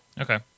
Okay